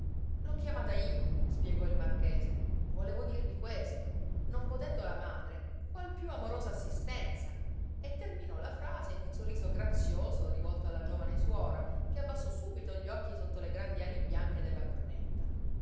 l'ho chiamata io spiegò il marchese volevo dirvi questo non potendo la madre qual piú amorosa assistenza e terminò la frase in un sorriso grazioso rivolto alla giovane suora che abbassò subito gli occhi sotto le grandi ali bianche della cornetta